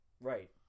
Right